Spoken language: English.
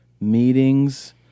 meetings